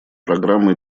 программы